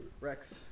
Rex